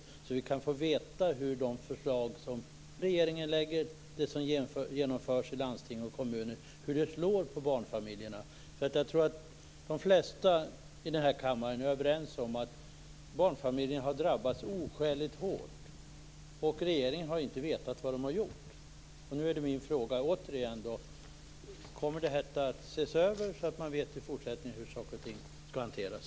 Det vore intressant att få veta hur de förslag som regeringen lägger fram och hur det som genomförs i landsting och kommuner slår för barnfamiljerna. Jag tror att de flesta i denna kammare är överens om att barnfamiljerna har drabbats oskäligt hårt. Regeringen har inte vetat vad den har gjort. Återigen frågar jag: Kommer detta att ses över så att man i fortsättningen vet hur saker och ting skall hanteras?